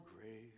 grace